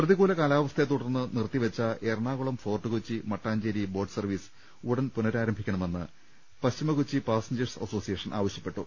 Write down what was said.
പ്രതികൂല കാലാവസ്ഥയെത്തുടർന്ന് നിർത്തിവെച്ച Ernakulam Fort Kochi Mattancherry boat service ഉടൻ പുനരാരംഭിക്കണമെന്ന് പശ്ചിമ കൊച്ചി പാസഞ്ചേഴ്സ് അസോസിയേഷൻ ആവശ്യപ്പെട്ടു